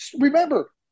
Remember